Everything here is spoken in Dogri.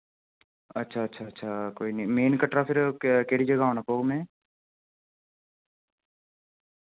अच्छा अच्छा अच्छा कोई नि मेन कटरा फिर क केह्ड़ी जगह औना पौग हमैं